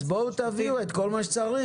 אז בואו תביאו את כל מה שצריך.